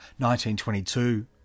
1922